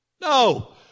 No